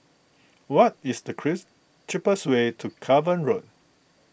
what is the Kris cheapest way to Cavan Road